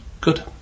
good